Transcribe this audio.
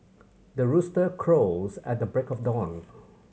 the rooster crows at the break of dawn